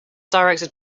directed